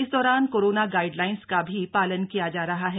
इस दौरान corona guidelines का भी पालन किया जा रहा है